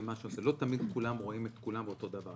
ולא תמיד כולם רואים את כולם אותו דבר.